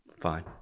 Fine